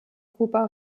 kuba